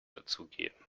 dazugeben